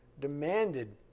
demanded